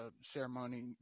ceremony